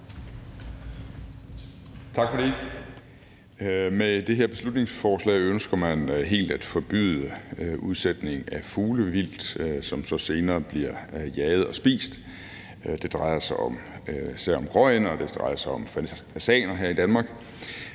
Olesen (LA): Med det her beslutningsforslag ønsker man helt at forbyde udsætning af fuglevildt, som så senere bliver jaget og spist. Det drejer sig især om gråænder og fasaner her i Danmark.